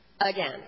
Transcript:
Again